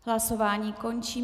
Hlasování končím.